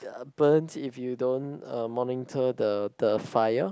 uh burnt if you don't uh monitor the the fire